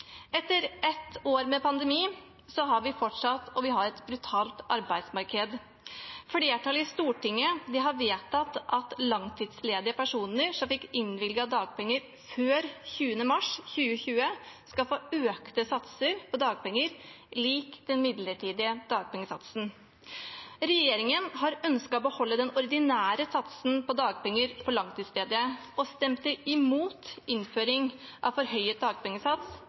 Etter ett år med pandemi har vi fortsatt et brutalt arbeidsmarked. Flertallet i Stortinget har vedtatt at langtidsledige personer som fikk innvilget dagpenger før 20. mars 2020, skal få økte satser på dagpenger, lik den midlertidige dagpengesatsen. Regjeringen har ønsket å beholde den ordinære satsen på dagpenger for langtidsledige, og regjeringspartiene stemte imot innføring av forhøyet dagpengesats